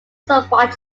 somewhat